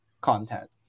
content